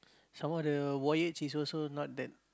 some more the voyage is also not that